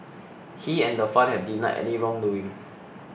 he and the fund have denied any wrongdoing